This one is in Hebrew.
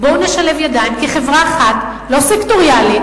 בואו נשלב ידיים, כחברה אחת לא סקטוריאלית,